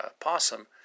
possum